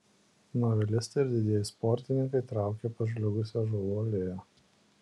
novelistai ir didieji sportininkai traukė pažliugusia ąžuolų alėja